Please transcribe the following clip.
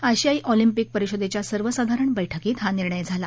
आशियाई ऑलिंपिक परिषदेच्या सर्वसाधारण बैठकीत हा निर्णय झाला